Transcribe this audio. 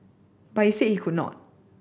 but he said he could not